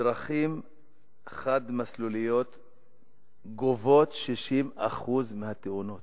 דרכים חד-מסלוליות גובות 60% מהתאונות.